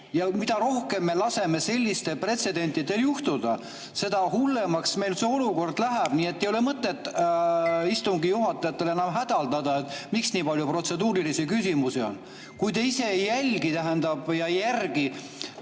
Ja mida rohkem me laseme sellistel pretsedentidel juhtuda, seda hullemaks meil see olukord läheb. Nii et ei ole mõtet istungi juhatajatel enam hädaldada, miks nii palju protseduurilisi küsimusi on. Kui te ise seda ei jälgi